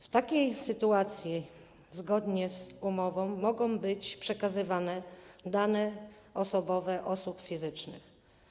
W takiej sytuacji zgodnie z umową mogą być przekazywane dane osobowe osób fizycznych.